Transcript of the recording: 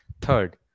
Third